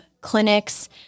clinics